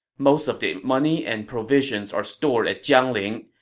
most of the money and provisions are stored at jiangling,